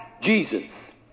Jesus